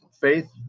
faith